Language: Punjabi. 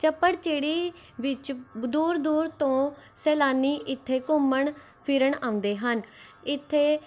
ਚੱਪੜਚਿੜੀ ਵਿੱਚ ਬ ਦੂਰ ਦੂਰ ਤੋਂ ਸੈਲਾਨੀ ਇੱਥੇ ਘੁੰਮਣ ਫਿਰਨ ਆਉਂਦੇ ਹਨ ਇੱਥੇ